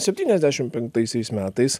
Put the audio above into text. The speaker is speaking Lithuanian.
septyniasdešim penktaisiais metais